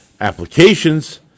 applications